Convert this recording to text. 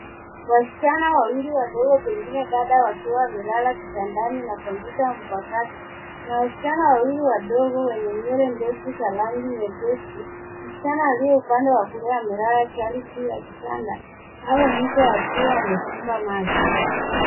Wasichana wawili wadogo pengine dada wakiwa wamelala kitandani na kompyuta mpakato. Kuna wasichana wawili wadogo wenye nywele ndefu za rangi nyepesi. Msichana aliye upande wa kulia amelala chali juu ya kitanda na huo mto akiwa amefumba macho.